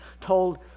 told